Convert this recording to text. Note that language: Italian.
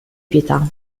pietà